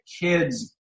kids